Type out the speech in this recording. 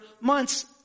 months